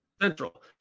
Central